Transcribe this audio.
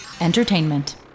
Entertainment